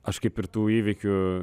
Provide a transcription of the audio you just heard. aš kaip ir tų įvykių